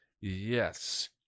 yes